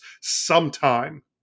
sometime